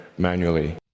manually